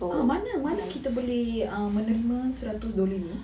ah mana mana kita boleh menerima seratus dua lima